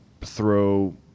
throw